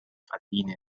verdienen